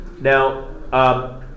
Now